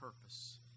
purpose